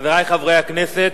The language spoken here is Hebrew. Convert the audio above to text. חברי חברי הכנסת,